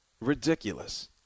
ridiculous